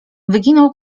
wyginał